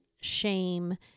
shame